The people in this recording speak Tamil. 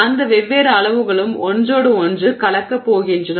அந்த வெவ்வேறு அளவுகளும் ஒன்றோடு ஒன்று கலக்கப் போகின்றன